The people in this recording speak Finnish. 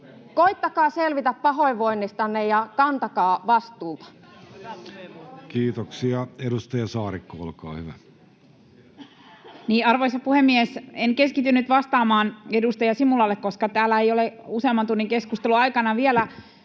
koettakaa selvitä pahoinvoinnistanne ja kantakaa vastuuta. [Välihuutoja keskustan ryhmästä] Kiitoksia. — Edustaja Saarikko, olkaa hyvä. Arvoisa puhemies! En keskity nyt vastaamaan edustaja Simulalle, koska täällä ei ole useamman tunnin keskustelun aikana vielä